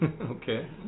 Okay